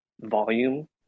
volume